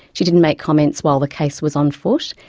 she didn't make comments while the case was on foot,